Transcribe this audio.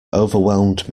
overwhelmed